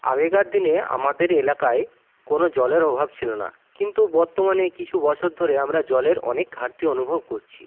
আগেকার দিনে আমাদের এলাকায় কোনো জলের অভাব ছিলো না কিন্তু বর্তমানে কিছু বছর ধরে আমরা জলের অনেক ঘাটতি অনুভব করছি